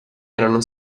erano